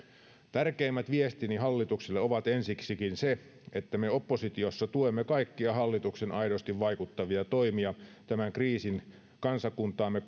tärkeimmät viestini hallitukselle ovat ensiksikin se että me oppositiossa tuemme kaikkia hallituksen aidosti vaikuttavia toimia tämän kriisin kansakuntaamme